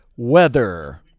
weather